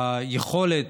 היכולת,